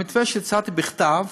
במתווה שהצעתי בכתב